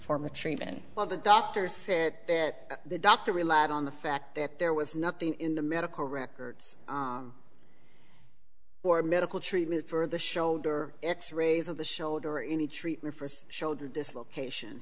form of treatment while the doctors say that the doctor relied on the fact that there was nothing in the medical records or medical treatment for the shoulder x rays of the shoulder or any treatment for shoulder dislocation